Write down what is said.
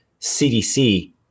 CDC